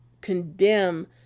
condemn